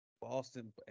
Boston